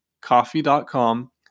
coffee.com